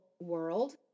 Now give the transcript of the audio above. world